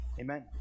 Amen